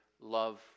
love